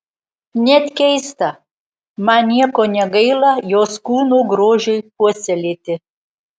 net keista man nieko negaila jos kūno grožiui puoselėti